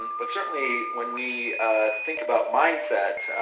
but certainly when we think about mindset,